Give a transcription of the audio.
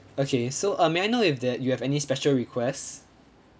okay so uh may I know if there you have any special requests